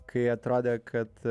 kai atrodė kad